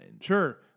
Sure